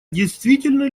действительно